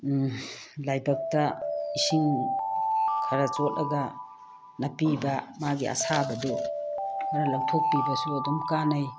ꯂꯥꯏꯕꯛꯇ ꯏꯁꯤꯡ ꯈꯔ ꯆꯣꯠꯂꯒ ꯅꯥꯞꯄꯤꯕ ꯃꯥꯒꯤ ꯑꯁꯥꯕꯗꯨ ꯈꯔ ꯂꯧꯊꯣꯛꯄꯤꯕꯁꯨ ꯑꯗꯨꯝ ꯀꯟꯅꯩ